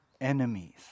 enemies